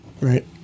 right